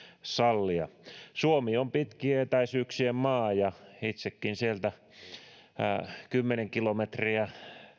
sallia suomi on pitkien etäisyyksien maa ja itsekin kymmenen kilometriä